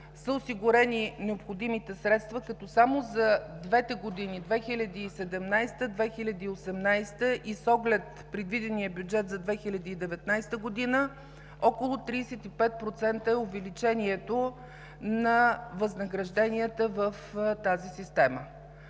са осигурени необходимите средства, като само за двете години – 2017-а и 2018 г., и с оглед предвидения бюджет за 2019 г., около 35% е увеличението на възнагражденията в тази система.